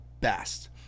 best